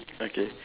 okay